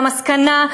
והמסקנה,